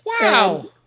Wow